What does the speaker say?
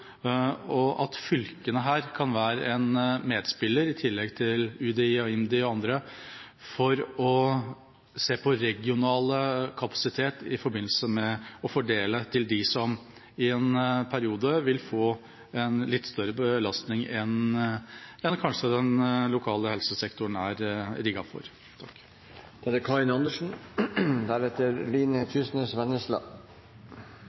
Fylkene kan her være en medspiller – i tillegg til UDI, IMDi og andre – for å se på regional kapasitet og fordele til dem som i en periode vil få en litt større belastning enn det den lokale helsesektoren er rigget for.